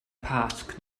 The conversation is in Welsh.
pasg